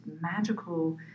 magical